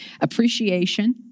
appreciation